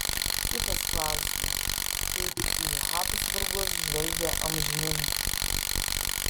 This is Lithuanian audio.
kitas klausimas kaip į habsburgus žvelgė amžininkai